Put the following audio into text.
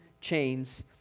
chains